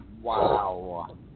Wow